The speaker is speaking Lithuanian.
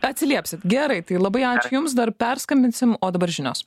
atsiliepsit gerai tai labai ačiū jums dar perskambinsim o dabar žinios